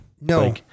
No